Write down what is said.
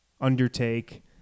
undertake